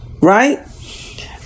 Right